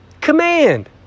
command